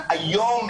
אתם רואים,